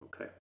okay